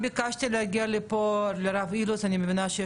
מה זה אומר?